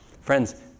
Friends